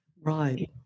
Right